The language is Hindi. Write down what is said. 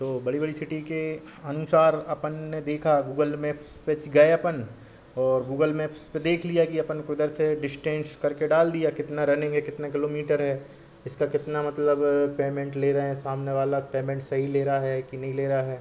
तो बड़ी बड़ी सिटी के अनुसार अपन ने देखा गूगल मैप्स पर च गए अपन और गूगल मैप्स पर देख लिया कि अपन को उधर से डिस्टेन्स करके डाल दिया कितना रनिंग है कितने किलोमीटर है इसका कितना मतलब पेमेंट ले रहे हैं सामने वाला पेमेंट सही ले रहा है कि नहीं ले रहा है